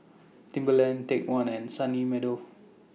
Timberland Take one and Sunny Meadow